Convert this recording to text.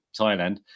Thailand